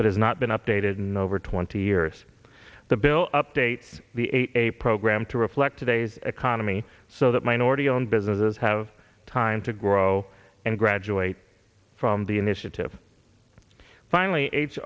has not been updated in over twenty years the bill updates the a program to reflect today's economy so that minority owned businesses have time to grow and graduate from the initiative finally h